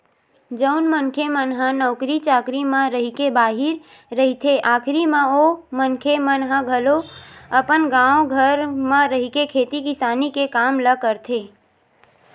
जउन मनखे मन ह नौकरी चाकरी म रहिके बाहिर रहिथे आखरी म ओ मनखे मन ह घलो अपन गाँव घर म रहिके खेती किसानी के काम ल करथे